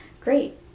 Great